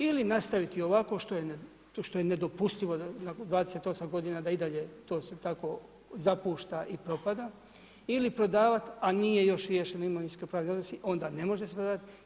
Ili nastaviti ovako, što je nedopustivo da nakon 28 godina da i dalje to se tako zapušta i propada ili prodavati, a nije još riješeno imovinsko-pravni odnosi, onda ne može se prodavat.